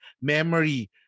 memory